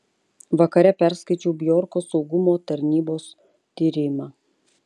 vakare perskaičiau bjorko saugumo tarnybos tyrimą